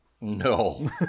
No